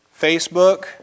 Facebook